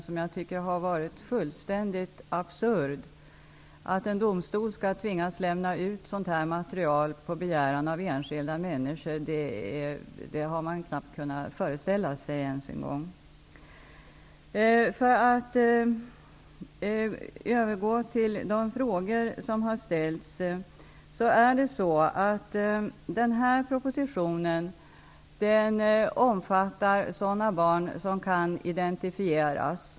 Man har knappt ens kunnat föreställa sig att en domstol skall tvingas lämna ut material av den här typen på begäran av enskilda personer. Den här propositionen omfattar sådana barn som kan identifieras.